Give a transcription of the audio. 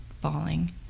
falling